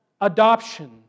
Adoption